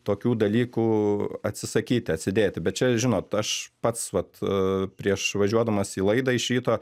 tokių dalykų atsisakyti atsidėti bet čia žinot aš pats vat prieš važiuodamas į laidą iš ryto